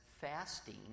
fasting